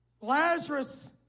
Lazarus